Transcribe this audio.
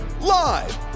Live